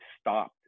stopped